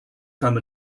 time